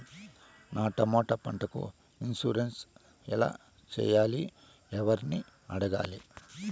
నా టమోటా పంటకు ఇన్సూరెన్సు ఎలా చెయ్యాలి? ఎవర్ని అడగాలి?